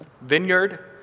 vineyard